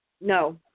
No